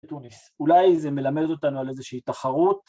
אולי זה מלמד אותנו על איזושהי תחרות?